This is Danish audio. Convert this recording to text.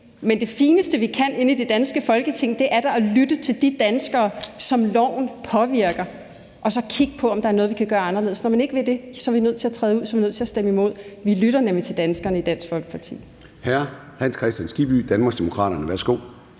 Men det fineste, vi kan inde i det danske Folketing, er da at lytte til de danskere, som loven påvirker, og så kigge på, om der er noget, vi kan gøre anderledes. Når man ikke vil det, er vi nødt til at træde ud. Så er vi nødt til at stemme imod. Vi lytter nemlig til danskerne i Dansk Folkeparti.